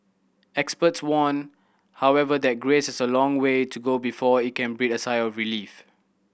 experts warn however that Greece has a long way to go before it can breathe a sigh of relief